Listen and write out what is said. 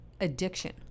addiction